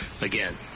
again